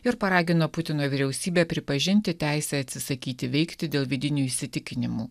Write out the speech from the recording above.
ir paragino putino vyriausybę pripažinti teisę atsisakyti veikti dėl vidinių įsitikinimų